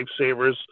Lifesavers